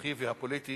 החינוכי והפוליטי